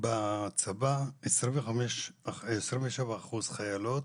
בצבא 27% חיילות